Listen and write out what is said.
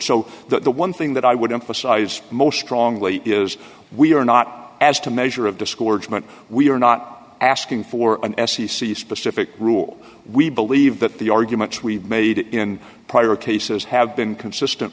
so that the one thing that i would emphasize most strongly is we are not as to measure of discord but we are not asking for an f c c specific rule we believe that the arguments we've made in prior cases have been consistent